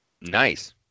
Nice